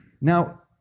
Now